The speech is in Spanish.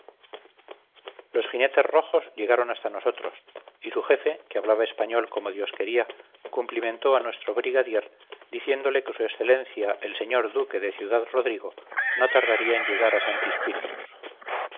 los jinetes rojos llegaron hasta nosotros y su jefe que hablaba español como dios quería cumplimentó a nuestro brigadier diciéndole que su excelencia el señor duque de ciudad-rodrigo no tardaría en llegar a santi spíritus